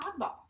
oddball